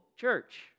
church